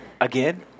again